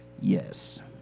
Yes